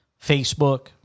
Facebook